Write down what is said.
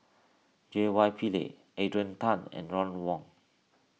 J Y Pillay Adrian Tan and Ron Wong